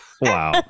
Wow